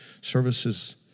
services